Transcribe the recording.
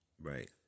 Right